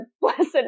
blessed